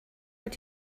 what